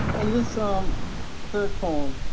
and this um third poem,